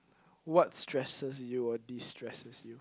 what stresses you or distresses you